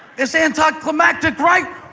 it's anticlimactic, right?